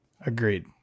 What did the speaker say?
Agreed